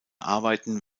arbeiten